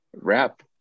wrap